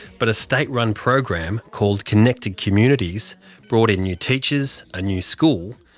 but a state run program called connected communities brought in new teachers, a new school,